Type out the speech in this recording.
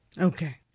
Okay